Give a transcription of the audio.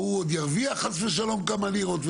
ההוא עוד ירוויח חס ושלום כמה לירות?